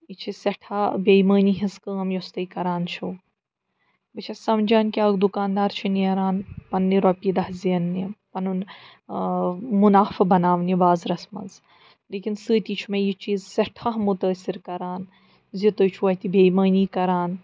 یہِ چھِ سٮ۪ٹھاہ بے ایٖمٲنی ہٕنٛز کٲم یۄس تُہۍ کَران چھِو بہٕ چھَس سَمجھان کہِ اَکھ دُکانٛدار چھُ نیران پَنٕنہِ رۄپیہِ دَہ زیننہِ پَنُن مُنفع بَناونہِ بازرَس منٛز لیکِن سۭتی چھُ مےٚ یہِ چیٖز سٮ۪ٹھاہ مُتٲثر کَران زِ تُہۍ چھُو اَتہِ بےایٖمٲنی کَران